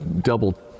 double